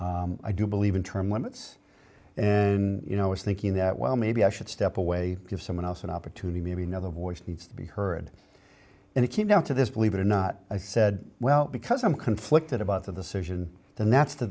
away i do believe in term limits and you know was thinking that well maybe i should step away give someone else an opportunity maybe another voice needs to be heard and it came down to this believe it or not i said well because i'm conflicted about the decision